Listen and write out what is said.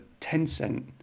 Tencent